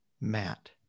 Matt